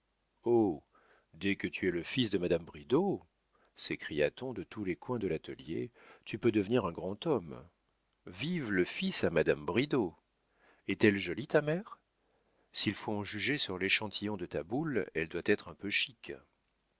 dès que tu es le fils de madame bridau s'écria-t-on de tous les coins de l'atelier tu peux devenir un grand homme vive le fils à madame bridau est-elle jolie ta mère s'il faut en juger sur l'échantillon de ta boule elle doit être un peu chique